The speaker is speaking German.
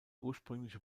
ursprüngliche